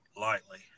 lightly